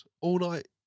all-night